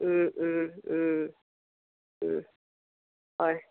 ও ও ও ও হয়